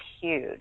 huge